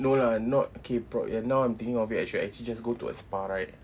no lah not okay ya now I'm thinking of it I should actually just go to a spa right